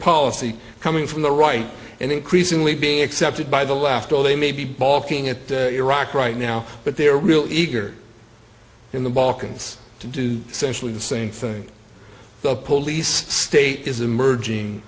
policy coming from the right and increasingly being accepted by the left all they may be balking at iraq right now but they are real eager in the balkans to do specially the same thing the police state is emerging